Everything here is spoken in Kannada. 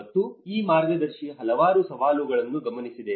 ಮತ್ತು ಈ ಮಾರ್ಗದರ್ಶಿ ಹಲವಾರು ಸವಾಲುಗಳನ್ನು ಗಮನಿಸಿದೆ